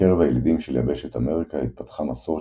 בקרב הילידים של יבשת אמריקה התפתחה מסורת